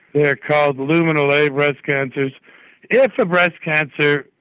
yeah called luminal a breast cancers if a breast cancer,